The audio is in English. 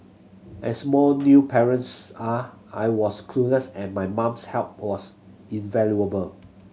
as more new parents are I was clueless and my mum's help was invaluable